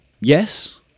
yes